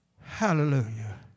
hallelujah